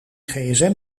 gsm